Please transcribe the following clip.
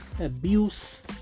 abuse